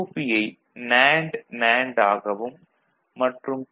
யை நேண்டு நேண்டு ஆகவும் மற்றும் பி